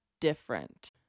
different